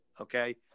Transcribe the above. okay